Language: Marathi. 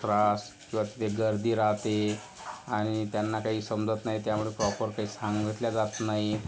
त्रास किंवा तिथे गर्दी राहते आणि त्यांना काही समजत नाही त्यामुळे प्रॉपर काही सांगितल्या जात नाही